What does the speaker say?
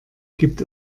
gibt